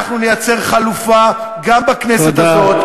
אנחנו נייצר חלופה גם בכנסת הזאת,